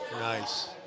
Nice